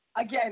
Again